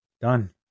done